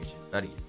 studies